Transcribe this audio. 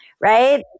Right